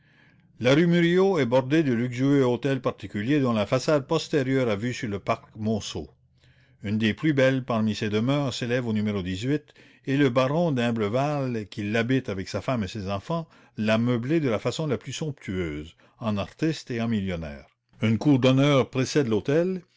la rue murillo est bordée de luxueux hôtels particuliers dont la façade postérieure à vue sur le parc monceau une des plus belles parmi ces demeures et le baron d'imblevalle qui l'habite avec sa femme et ses enfants l'a meublée de la façon la plus somptueuse en artiste et en millionnaire une cour d'honneur précède l'hôtel